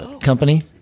Company